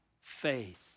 faith